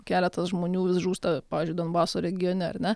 keletas žmonių žūsta pavyzdžiui donbaso regione ar ne